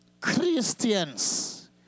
Christians